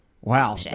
wow